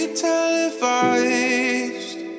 televised